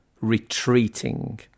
retreating